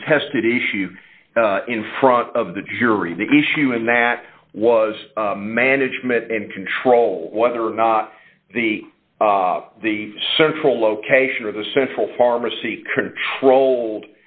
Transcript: contested issue in front of the jury the issue and that was management and control whether or not the the central location of the central pharmacy